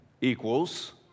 equals